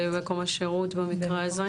במקום השירות במקרה הזה?